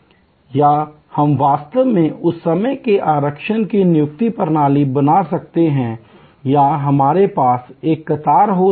या हम वास्तव में समय के आरक्षण की नियुक्ति प्रणाली बना सकते हैं या हमारे पास एक कतार हो सकती है